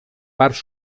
parts